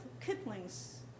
Kipling's